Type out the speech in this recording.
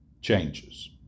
changes